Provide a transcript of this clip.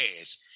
ass